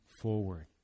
forward